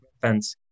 defense